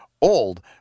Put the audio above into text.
old